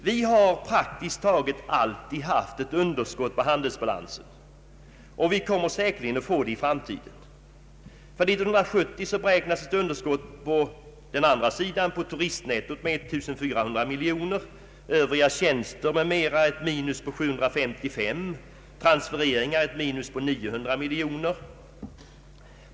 Vi har praktiskt taget alltid haft ett underskott i handelsbalansen, och vi kommer säkerligen att få det även i framtiden. För 1970 beräknas ett underskott på turistnettot på 1400 miljoner kronor, på övriga tjänster m.m. ett minus på 755 miljoner kronor, på transfereringar ett minus på 900 miljoner kronor.